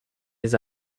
les